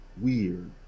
Weird